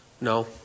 No